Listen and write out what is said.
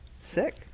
Sick